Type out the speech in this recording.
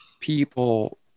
people